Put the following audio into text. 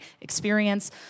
experience